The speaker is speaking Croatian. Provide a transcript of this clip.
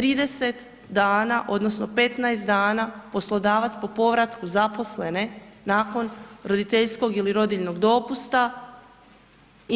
30 dana odnosno 15 dana poslodavac po povratku zaposlene nakon roditeljskog ili rodiljnog dopusta